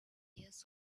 years